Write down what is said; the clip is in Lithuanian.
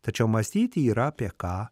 tačiau mąstyti yra apie ką